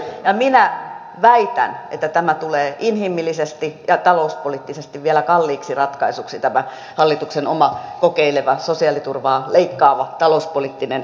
ja minä väitän että tulee inhimillisesti ja talouspoliittisesti vielä kalliiksi ratkaisuksi tämä hallituksen oma kokeileva sosiaaliturvaa leikkaava talouspoliittinen linjaus